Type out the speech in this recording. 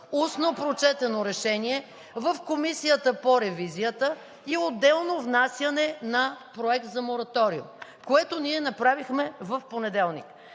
устно прочетено решение в Комисията по ревизията“ и отделно внасяне на Проект за мораториум, което ние направихме в понеделник.